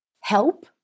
help